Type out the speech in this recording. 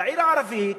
הצעיר הערבי,